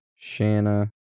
Shanna